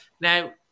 Now